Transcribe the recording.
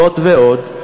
זאת ועוד,